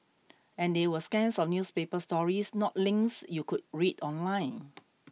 and they were scans of newspaper stories not links you could read online